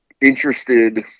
interested